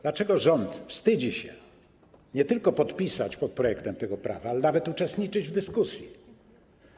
Dlaczego rząd wstydzi się nie tylko podpisać pod projektem tego prawa, ale nawet uczestniczyć w dyskusji?